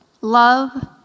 Love